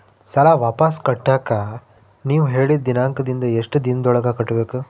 ಸಾಲ ವಾಪಸ್ ಕಟ್ಟಕ ನೇವು ಹೇಳಿದ ದಿನಾಂಕದಿಂದ ಎಷ್ಟು ದಿನದೊಳಗ ಕಟ್ಟಬೇಕು?